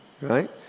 right